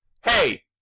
Hey